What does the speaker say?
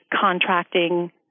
contracting